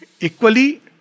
Equally